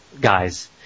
guys